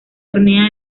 hornea